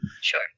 Sure